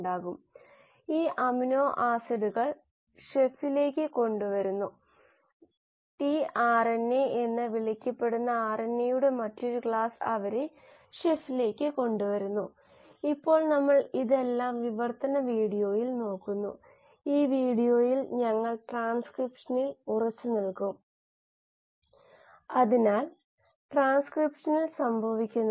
batch റിയാക്ടറിൽ നമ്മൾ എല്ലാം നിക്ഷേപിച്ചിട്ട് പ്രക്രിയ നടത്തും തുടർച്ചയായ ഇൻപുട്ടും തുടർച്ചയായ ഔട്ട്പുട്ടും ഉള്ള നിരന്തരമായ പ്രവർത്തനം സ്ഥിരമായ പ്രവർത്തനത്തിൽ നമ്മൾക്ക് സാധാരണയായി ആവശ്യമാണ് അത് മിക്കപ്പോഴും സംഭവിക്കുന്നു